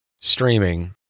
streaming